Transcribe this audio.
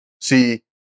see